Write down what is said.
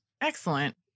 Excellent